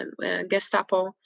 Gestapo